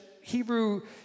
Hebrew